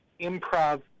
improv